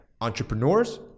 Entrepreneurs